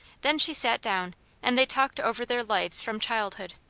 then she sat down and they talked over their lives from childhood.